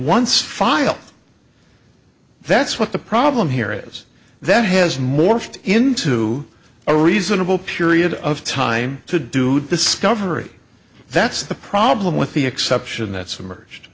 once file that's what the problem here is that has morphed into a reasonable period of time to do discovery that's the problem with the exception that's emerged